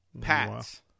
Pats